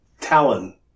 Talon